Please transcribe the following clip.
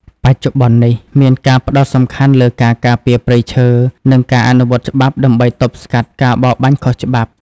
បច្ចុប្បន្ននេះ មានការផ្តោតសំខាន់លើការការពារព្រៃឈើ និងការអនុវត្តច្បាប់ដើម្បីទប់ស្កាត់ការបរបាញ់ខុសច្បាប់។